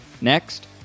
Next